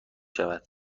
شود